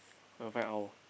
her friend all